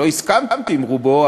שלא הסכמתי עם רובו,